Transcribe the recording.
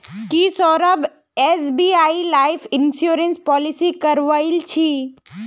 की Saurabh SBI life insurance policy करवइल छि